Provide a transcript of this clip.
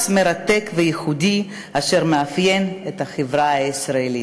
מרתק וייחודי אשר מאפיין את החברה הישראלית.